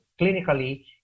clinically